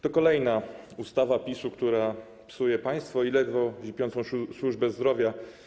To kolejna ustawa PiS-u, która psuje państwo i ledwo zipiącą służbę zdrowia.